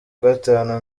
gatanu